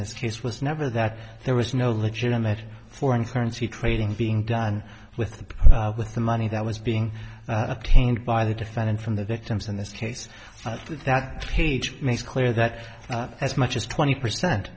this case was never that there was no legitimate foreign currency trading being done with the with the money that was being attained by the defendant from the victims in this case that page makes clear that as much as twenty percent